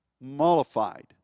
mollified